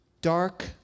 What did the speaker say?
dark